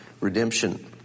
redemption